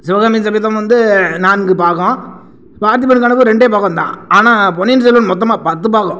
சிவகாமியின் சபதம் வந்து நான்கு பாகம் பார்த்திபன் கனவு ரெண்டே பாகம் தான் ஆனால் பொன்னியின் செல்வன் மொத்தமா பத்து பாகம்